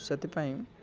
ସେଥିପାଇଁ